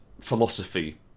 philosophy